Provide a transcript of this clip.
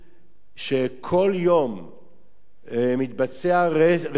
שכל יום מתבצע רצח